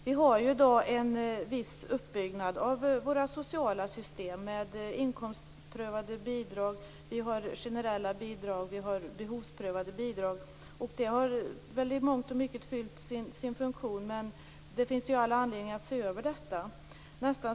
Vi har i dag en viss uppbyggnad av våra sociala system med inkomstprövade bidrag, generella bidrag och behovsprövade bidrag. De har väl i mångt och mycket fyllt sin funktion, men det finns all anledning att se över detta.